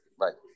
right